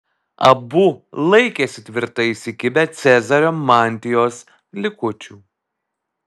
abu laikėsi tvirtai įsikibę cezario mantijos likučių